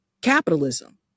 capitalism